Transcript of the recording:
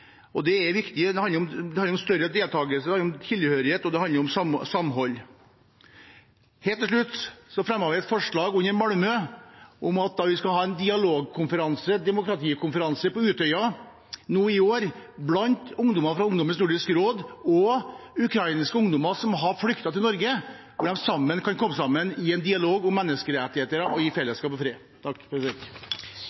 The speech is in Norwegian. Det er viktig. Det handler om større deltakelse, det handler om tilhørighet, og det handler om samhold. Helt til slutt fremmet vi et forslag i Malmø om at vi skal ha en dialog- og demokratikonferanse på Utøya nå i år med ungdommer fra Ungdommens nordiske råd og ukrainske ungdommer som har flyktet til Norge, slik at de kan komme sammen i en dialog om menneskerettigheter i fellesskap og